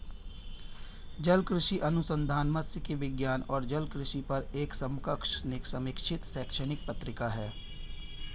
जलकृषि अनुसंधान मात्स्यिकी विज्ञान और जलकृषि पर एक समकक्ष समीक्षित शैक्षणिक पत्रिका है